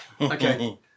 okay